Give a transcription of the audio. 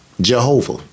Jehovah